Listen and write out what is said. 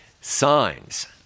Signs